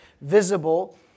visible